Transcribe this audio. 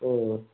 अँ